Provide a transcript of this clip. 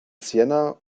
siena